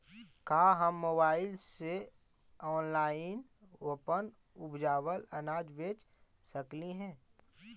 का हम मोबाईल से ऑनलाइन अपन उपजावल अनाज बेच सकली हे?